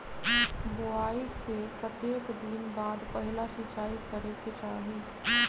बोआई के कतेक दिन बाद पहिला सिंचाई करे के चाही?